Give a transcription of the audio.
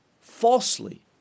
falsely